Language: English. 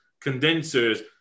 condensers